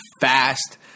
fast